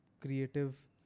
creative